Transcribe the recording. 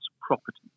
property